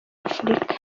afrika